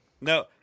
No